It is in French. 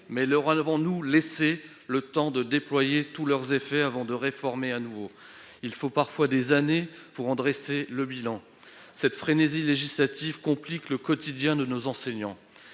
mais leur avons-nous laissé le temps de déployer tous leurs effets avant de réformer de nouveau ? Il faut parfois des années pour pouvoir dresser un bilan. Cette frénésie législative complique le quotidien des enseignants.